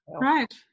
Right